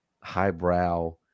highbrow